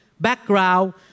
background